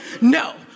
No